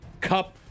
Cup